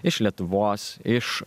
iš lietuvos iš